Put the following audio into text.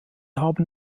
haben